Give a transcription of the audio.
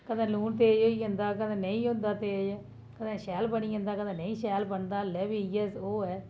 कुतै लून तेज होई जंदा कदें नेईं होंदा तेज कदें शैल बनी जंदा कदें नेईं शैल बनदा हल्लै बी ओह् ऐ